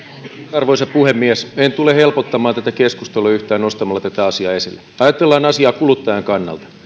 arvoisa puhemies en tule helpottamaan tätä keskustelua yhtään nostamalla tämän asian esille ajatellaan asiaa kuluttajan kannalta